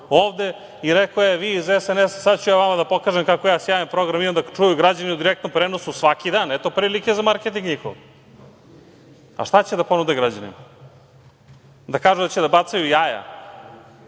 ovde i rekao, vi iz SNS, sada ću ja vam da pokažem kako ja sjajan program imam da čuju građani da u direktnom prenosu svaki dan, eto prilike za marketing njihov.A šta će da ponude građanima? Da kažu da će da bacaju jaja